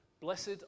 Blessed